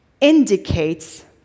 indicates